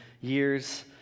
years